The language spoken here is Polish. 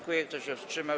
Kto się wstrzymał?